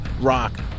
rock